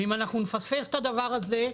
ואם אנחנו נפספס את הדבר הזה,